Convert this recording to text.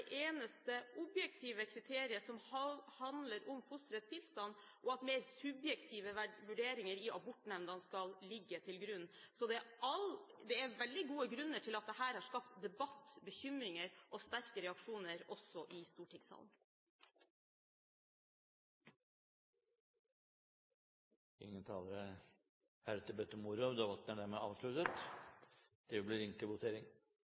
eneste objektive kriteriet som handler om fosterets tilstand, og at mer subjektive vurderinger i abortnemndene skal ligge til grunn. Så det er veldig gode grunner til at dette har skapt debatt, bekymringer og sterke reaksjoner også i Stortingssalen. Flere har ikke bedt om ordet til sak nr. 1. Da går vi til votering over saken på dagens kart. Under debatten er